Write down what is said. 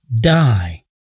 die